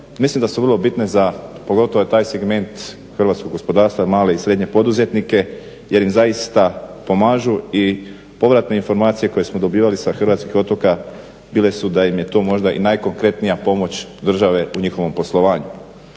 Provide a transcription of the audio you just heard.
mislim da su vrlo bitne za, pogotovo taj segment hrvatskog gospodarstva male i srednje poduzetnike jer im zaista pomažu i povratne informacije koje smo dobivali sa hrvatskih otoka bile su da im je to možda i najkonkretnija pomoć države u njihovom poslovanju.